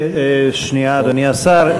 שנייה, אדוני השר.